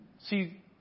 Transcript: See